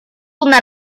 una